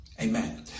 Amen